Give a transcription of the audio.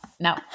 No